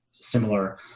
similar